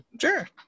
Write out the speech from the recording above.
Sure